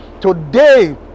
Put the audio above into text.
today